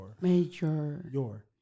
Major